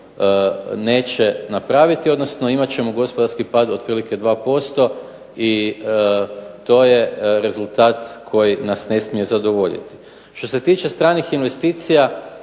neće napraviti, odnosno imat ćemo gospodarski pad otprilike 2% i to je rezultat koji nas ne smije zadovoljiti. Što se tiče stranih investicija